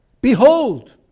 behold